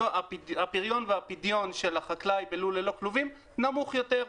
הפריון והפדיון של החקלאי בלול ללא כלובים נמוך יותר.